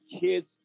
kids